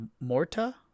Morta